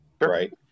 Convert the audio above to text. right